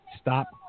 stop